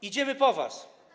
Idziemy po was.